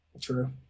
true